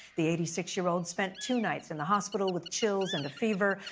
the eighty six year old spent two nights in the hospital with chills and a fever.